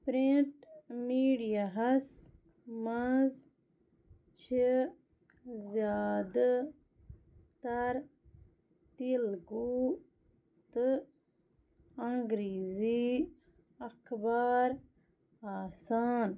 print میڈیاہَس منٛز چھِ زِیٛادٕ تَر تِلگوٗ تہٕ انگریٖزی اخبار آسان